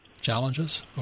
challenges